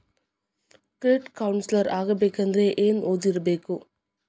Credit counsellor ಆಗ್ಬೇಕಂದ್ರ ಏನ್ ಓದಿರ್ಬೇಕು?